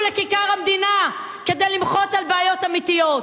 לכיכר המדינה כדי למחות על בעיות אמיתיות,